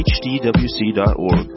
hdwc.org